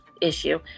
issue